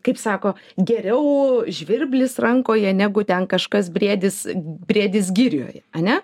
kaip sako geriau žvirblis rankoje negu ten kažkas briedis briedis girioj ane